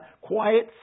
quiet